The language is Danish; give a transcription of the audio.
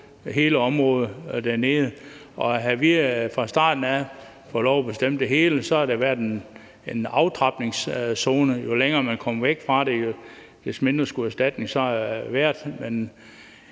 hele området. Havde vi fra starten af fået lov at bestemme det hele, havde der været en aftrapningszone: Jo længere man kom væk fra det, des mindre skulle erstatningen så være.